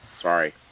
Sorry